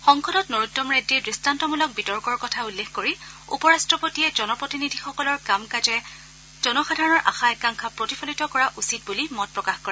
সংসদত নৰোত্তম ৰেড্ডীৰ দৃষ্টান্তমূলক বিতৰ্কৰ কথা উল্লেখ কৰি উপ ৰাট্টপতিয়ে জন প্ৰতিনিধিসকলৰ কাম কাজে জনসাধাৰণৰ আশা আকাংক্ষা প্ৰতিফলিত কৰা উচিত বুলি মত প্ৰকাশ কৰে